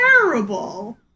terrible